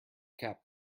cap